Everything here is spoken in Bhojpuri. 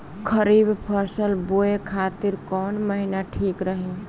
खरिफ फसल बोए खातिर कवन महीना ठीक रही?